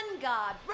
god